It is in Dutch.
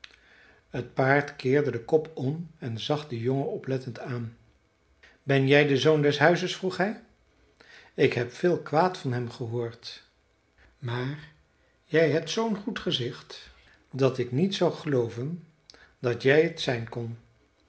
t paard keerde den kop om en zag den jongen oplettend aan ben jij de zoon des huizes vroeg hij ik heb veel kwaad van hem gehoord maar jij hebt zoo'n goed gezicht dat ik niet zou gelooven dat jij t zijn kon